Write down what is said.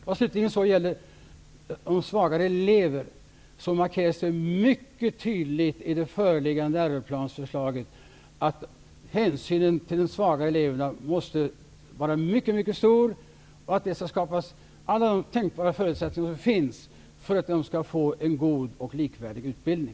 Vad slutligen gäller svagare elever markeras det mycket tydligt i det föreliggande läroplansförslaget att hänsynen till de svaga eleverna måste vara mycket mycket stor och att det skapas alla tänkbara förutsättningar för att de skall få en god och likvärdig utbildning.